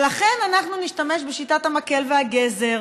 ולכן, אנחנו נשתמש בשיטת המקל והגזר